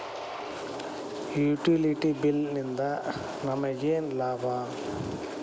Utility bill ನಿಂದ್ ನಮಗೇನ ಲಾಭಾ?